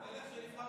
מלך שנבחר